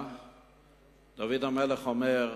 דוד המלך אמר: